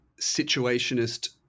situationist